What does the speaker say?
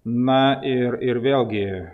na ir ir vėlgi